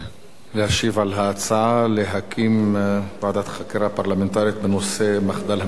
להשיב על ההצעה להקים ועדת חקירה פרלמנטרית בנושא מחדל המסתננים.